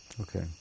okay